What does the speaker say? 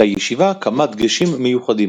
לישיבה כמה דגשים מיוחדים